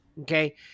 Okay